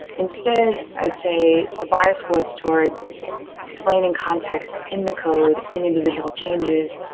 instead, i'd say the bias was towards explaining context in the code, in individual changes,